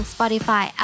Spotify